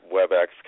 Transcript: Webex